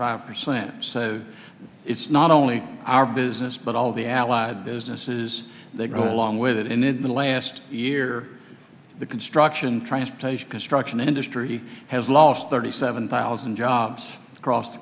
five percent so it's not only our business but all of the allied businesses they go along with it and in the last year the construction transportation construction industry has lost thirty seven thousand jobs across the